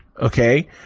Okay